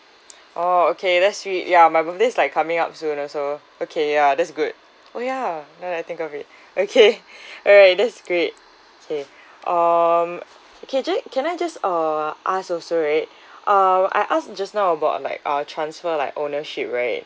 oh okay that's sweet ya my birthday is like coming up soon also okay ya that's good oh ya now that I think of it okay alright that's great okay um can I ju~ can I just uh ask also right uh I asked just now about like uh transfer like ownership right